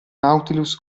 nautilus